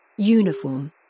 Uniform